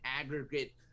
aggregate